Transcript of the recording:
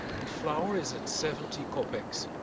and flour is at seventy kopecks.